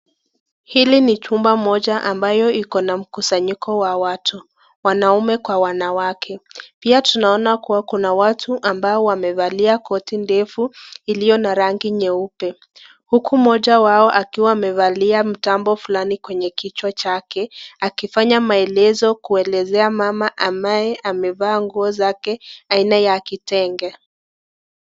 Hili ni chumba moja ambalo liko na mkusanyiko wa watu, wanaume kwa wanawake. Pia tunaona kua kuna watu waliovalia koti ndefu iliyo na rangi nyeupe. Huku mmoja wao akiwa amevalia mtambo fulani kwenye kichwa chake akifanya maelezo kuelezea mama mbaye amevaa nguo zake aina ya kitenge.